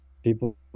People